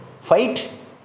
fight